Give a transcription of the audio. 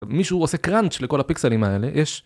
מישהו עושה קראנץ' לכל הפיקסלים האלה, יש...